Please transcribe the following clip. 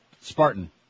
Spartan